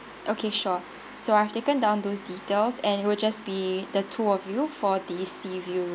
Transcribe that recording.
okay sure so I've taken down those details and it'll just be the two of you for the sea view